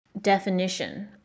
definition